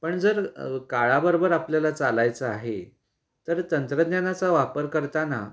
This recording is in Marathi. पण जर काळाबरोबर आपल्याला चालायचं आहे तर तंत्रज्ञानाचा वापर करताना